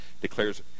declares